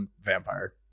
vampire